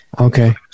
Okay